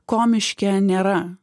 ko miške nėra